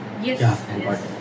Yes